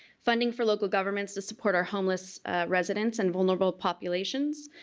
funding for local governments to support our homeless residents and vulnerable populations,